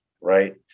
right